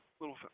little